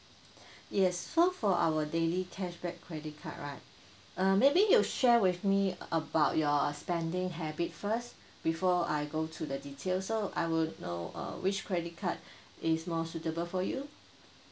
yes so for our daily cashback credit card right uh maybe you share with me about your spending habit first before I go to the detail so I will know uh which credit card is more suitable for you